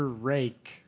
Rake